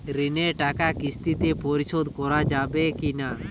ঋণের টাকা কিস্তিতে পরিশোধ করা যাবে কি না?